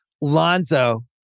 Lonzo